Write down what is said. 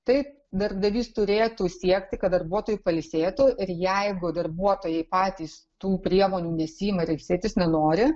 taip darbdavys turėtų siekti kad darbuotojai pailsėtų ir jeigu darbuotojai patys tų priemonių nesiima ir ilsėtis nenori